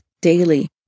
daily